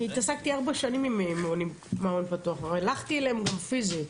אני התעסקתי ארבע שנים עם מעון פתוח והלכתי אליהם גם פיזית.